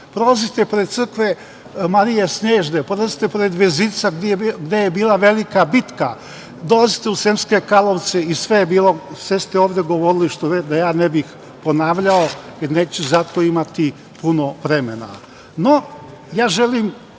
Prolazite pored Crkve Marije Snežne, prolazite pored Vezirca gde je bila velika bitka, dolazite u Sremske Karlovce i sve je bilo, sve ste ovde govorili, da ja ne bih ponavljao, jer neću za to imati puno vremena.No,